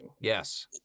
yes